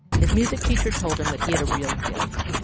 his music teacher told him that he had a real gift,